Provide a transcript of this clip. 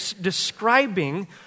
describing